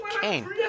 Cain